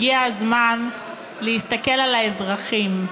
הגיע הזמן להסתכל על האזרחים.